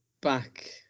back